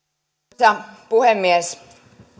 arvoisa puhemies